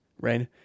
right